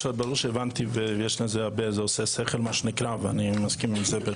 הבנתי את הדברים וזה עושה שכל ואני בהחלט מסכים עם זה.